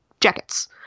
jackets